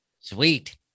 Sweet